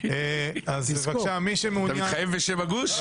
אתה מתחייב בשם הגוש?